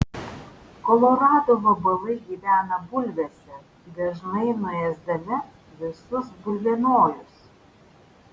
kolorado vabalai gyvena bulvėse dažnai nuėsdami visus bulvienojus